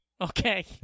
Okay